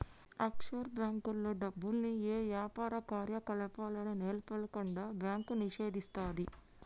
offshore బ్యేంకుల్లో డబ్బుల్ని యే యాపార కార్యకలాపాలను నెలకొల్పకుండా బ్యాంకు నిషేధిస్తది